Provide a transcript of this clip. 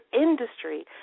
industry